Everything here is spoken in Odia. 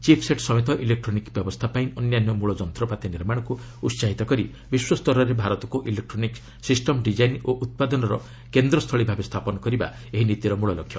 ଚିପ୍ସେଟ୍ ସମେତ ଇଲେକ୍ଟ୍ରୋନିକ୍ୱ ବ୍ୟବସ୍ଥା ପାଇଁ ଅନ୍ୟାନ୍ୟ ମୂଳ ଯନ୍ତ୍ରପାତି ନିର୍ମାଣକୁ ଉତ୍ପାହିତ କରି ବିଶ୍ୱସ୍ତରରେ ଭାରତକୁ ଇଲେକ୍ଟ୍ରୋନିକ୍ଟ ସିଷ୍ଟମ ଡିଜାଇନ୍ ଓ ଉତ୍ପାଦନର କେନ୍ଦ୍ରସ୍ଥଳୀ ଭାବେ ସ୍ଥାପନ କରିବା ଏହି ନୀତିର ମୂଳ ଲକ୍ଷ୍ୟ